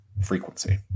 frequency